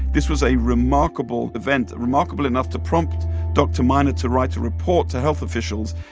this was a remarkable event remarkable enough to prompt dr. miner to write a report to health officials.